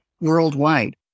worldwide